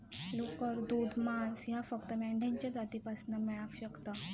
लोकर, दूध, मांस ह्या फक्त मेंढ्यांच्या जातीपासना मेळाक शकता